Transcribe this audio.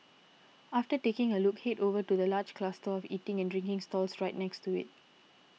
after taking a look head over to the large cluster of eating and drinking stalls right next to it